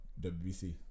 WBC